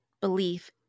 belief